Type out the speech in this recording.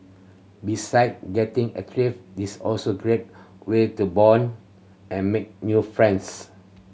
besides getting active this also great way to bond and make new friends